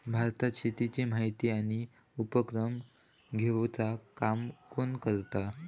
भारतात शेतीची माहिती आणि उपक्रम घेवचा काम कोण करता?